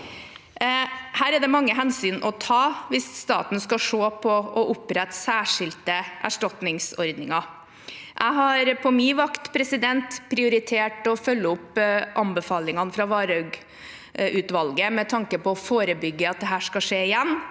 Her er det mange hensyn å ta hvis staten skal se på å opprette særskilte erstatningsordninger. Jeg har på min vakt prioritert å følge opp anbefalingene fra Varhaug-utvalget med tanke på å forebygge at dette skal skje igjen,